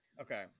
okay